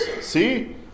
See